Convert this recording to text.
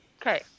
Okay